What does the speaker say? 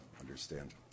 understand